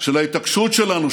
של ההתעקשות שלנו,